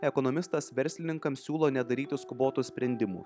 ekonomistas verslininkams siūlo nedaryti skubotų sprendimų